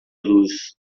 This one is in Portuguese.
luz